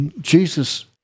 Jesus